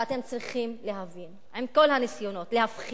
ואתם צריכים להבין: עם כל הניסיונות להפחיד,